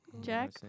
Jack